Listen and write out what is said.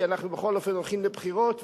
כי אנחנו בכל אופן הולכים לבחירות,